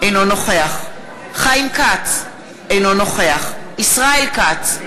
אינו נוכח חיים כץ, אינו נוכח ישראל כץ,